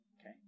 Okay